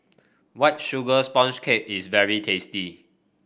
White Sugar Sponge Cake is very tasty